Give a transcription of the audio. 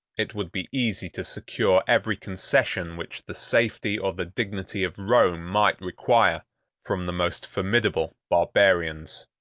it would be easy to secure every concession which the safety or the dignity of rome might require from the most formidable barbarians.